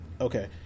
Okay